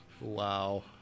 wow